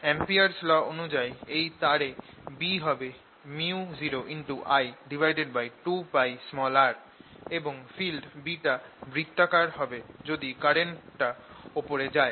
Ampere's law Amperes law অনুযায়ী এই তার এ B হবে µ0I2πr এবং ফিল্ড B টা বৃত্তাকার হবে যদি কারেন্টটা ওপরে যায়